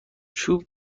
چوب